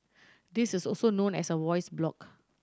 this is also known as a voice blog